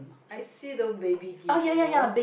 I see the baby gift you know